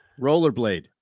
Rollerblade